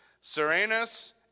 Serenus